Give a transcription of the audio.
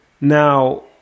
Now